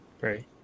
right